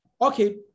okay